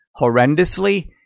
horrendously